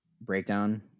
breakdown